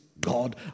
God